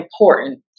important